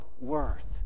worth